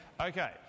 okay